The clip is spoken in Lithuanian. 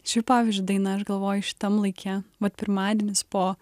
ši pavyzdžiui daina aš galvoju šitam laike vat pirmadienis po